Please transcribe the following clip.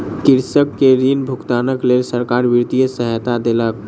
कृषक के ऋण भुगतानक लेल सरकार वित्तीय सहायता देलक